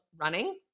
running